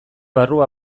barru